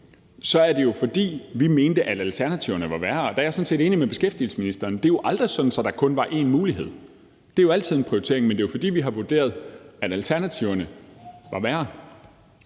er det jo, fordi vi mente, at alternativerne var værre, og der er jeg sådan set enig med beskæftigelsesministeren. Det er aldrig sådan, at der kun er en mulighed. Det er jo altid en prioritering, men det er jo, fordi vi har vurderet, at alternativerne var værre.